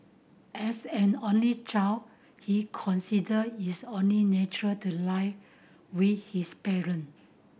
as an only child he consider is only natural to live with his parent